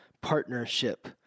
partnership